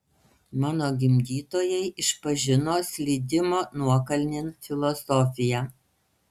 mano gimdytojai išpažino slydimo nuokalnėn filosofiją